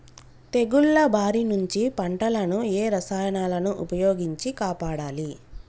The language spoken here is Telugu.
తెగుళ్ల బారి నుంచి పంటలను ఏ రసాయనాలను ఉపయోగించి కాపాడాలి?